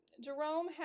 Jerome